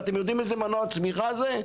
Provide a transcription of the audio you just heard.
אתם יודעים איזה מנוע צמיחה זה?